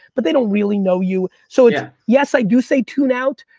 but they don't really know you. so it's yes, i do say tune out,